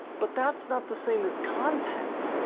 but that's not the same as content,